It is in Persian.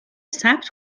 ثبت